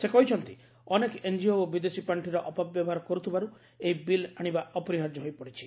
ସେ କହିଛନ୍ତି ଅନେକେ ଏନ୍ଜିଓ ବିଦେଶୀ ପାଣ୍ଠିର ଅପବ୍ୟବହାର କରୁଥିବାରୁ ଏହି ବିଲ୍ ଆଶିବା ଅପରିହାର୍ଯ୍ୟ ହୋଇପଡ଼ିଛି